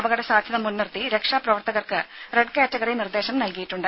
അപകട സാധ്യത മുൻ നിർത്തി രക്ഷാ പ്രവർത്തകർക്ക് റെഡ് കാറ്റഗറി നിർദ്ദേശം നൽകിയിട്ടുണ്ട്